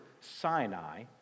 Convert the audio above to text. Sinai